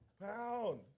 pound